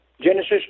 Genesis